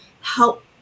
help